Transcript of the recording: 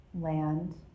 land